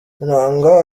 nanga